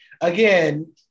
Again